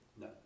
No